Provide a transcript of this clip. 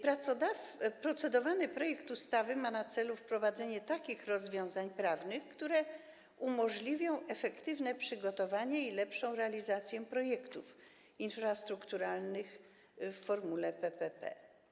Procedowany projekt ustawy ma na celu wprowadzenie takich rozwiązań prawnych, które umożliwią efektywne przygotowanie i lepszą realizację projektów infrastrukturalnych w formule PPP.